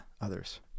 others